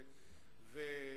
שי.